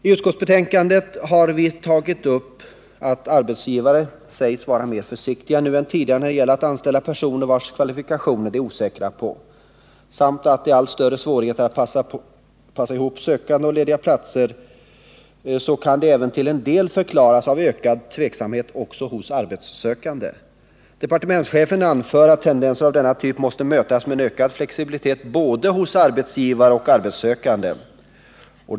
I utskottsbetänkandet har vi tagit upp att arbetsgivare sägs vara mer försiktiga nu än tidigare när det gäller att anställa personer vilkas kvalifikationer de är osäkra på, samt att de allt större svårigheterna att passa ihop sökande och lediga platser även till en del kan förklaras av ökad tveksamhet också hos arbetssökande. Departementschefen anför att tendénser av denna typ måste mötas med en ökad flexibilitet hos både arbetsgivare och arbetssökande.